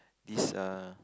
this err